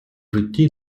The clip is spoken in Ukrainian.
житті